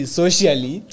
socially